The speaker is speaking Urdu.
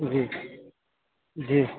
جی جی